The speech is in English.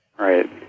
Right